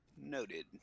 Noted